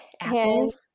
Apples